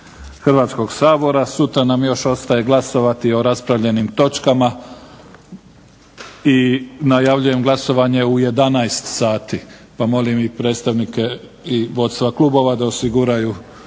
Hrvatskog sabora. Sutra nam još ostaje glasovati o raspravljenim točkama i najavljujem glasovanje u 11,00 sati, pa molim predstavnike vodstva klubova da osiguraju